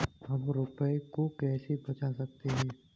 हम रुपये को कैसे बचा सकते हैं?